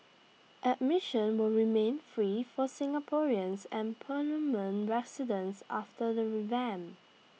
admission will remain free for Singaporeans and permanent residents after the revamp